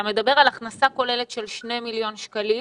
אתה מדבר על הכנסה כוללת של שני מיליון שקלים